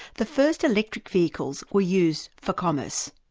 the first electric vehicles were used for commerce.